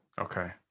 Okay